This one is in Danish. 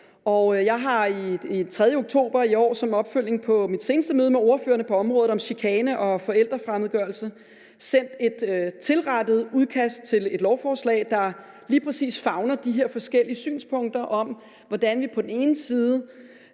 Jeg har den 3. oktober i år som opfølgning på mit seneste møde med ordførerne på området om chikane og forældrefremmedgørelse sendt et tilrettet udkast til et lovforslag, der lige præcis favner de her forskellige synspunkter om, hvordan vi på den ene side